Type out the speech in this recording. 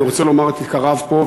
אני רוצה לומר את עיקריו פה,